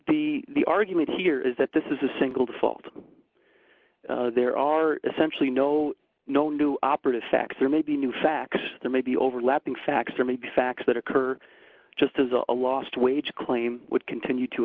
because the argument here is that this is a single default there are essentially no no new operative facts there may be new facts there may be overlapping facts or maybe facts that occur just as a lost wages claim would continue to